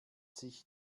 sich